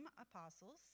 apostles